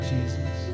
Jesus